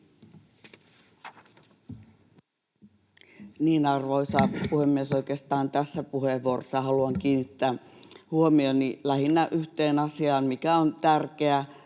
Arvoisa puhemies! Oikeastaan tässä puheenvuorossa haluan kiinnittää huomioni lähinnä yhteen asiaan, mikä on tärkeä.